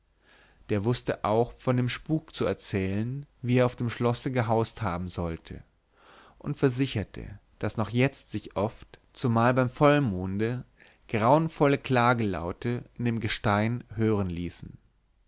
der wußte auch von dem spuk zu erzählen wie er auf dem schlosse gehaust haben sollte und versicherte daß noch jetzt sich oft zumal beim vollmonde grauenvolle klagelaute in dem gestein hören ließen